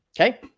Okay